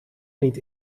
niet